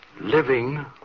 Living